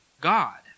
God